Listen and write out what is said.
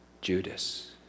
Judas